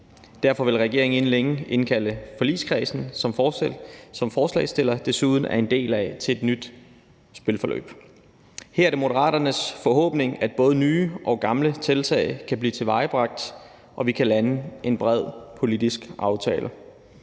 Derfor vil regeringen inden længe indkalde forligskredsen, som forslagsstilleren desuden er en del af, til et nyt spilforløb. Her er det Moderaternes forhåbning, at både nye og gamle tiltag kan blive tilvejebragt, og at vi kan lande en bred politisk aftale.